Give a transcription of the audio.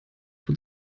von